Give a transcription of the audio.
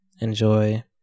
Enjoy